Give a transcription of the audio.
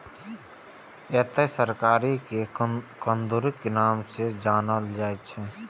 एहि तरकारी कें कुंदरू के नाम सं जानल जाइ छै